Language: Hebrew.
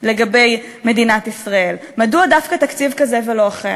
לגבי מדינת ישראל, מדוע דווקא תקציב כזה ולא אחר.